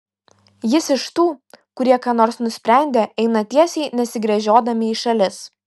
jis iš tų kurie ką nors nusprendę eina tiesiai nesigręžiodami į šalis